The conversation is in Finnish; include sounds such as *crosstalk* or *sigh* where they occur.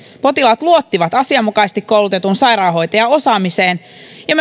potilaat luottivat asianmukaisesti koulutetun sairaanhoitajan osaamiseen ja *unintelligible*